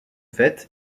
fait